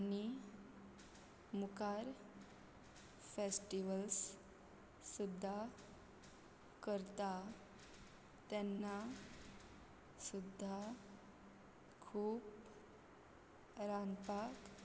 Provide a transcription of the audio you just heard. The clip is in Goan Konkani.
आनी मुखार फेस्टीवल्स सुद्दां करतात तेन्ना सुद्दां खूब रांदपाक पडटा